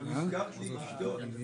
לא משנה.